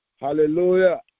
Hallelujah